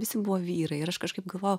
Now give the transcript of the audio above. visi buvo vyrai ir aš kažkaip galvojau